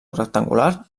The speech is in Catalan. rectangular